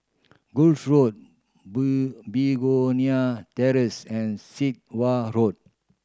Road Begonia Terrace and Sit Wah Road